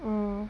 mm